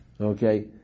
okay